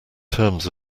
terms